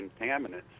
contaminants